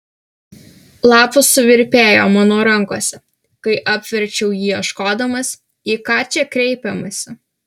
lapas suvirpėjo mano rankose kai apverčiau jį ieškodamas į ką čia kreipiamasi